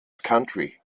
country